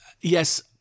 yes